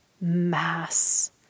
mass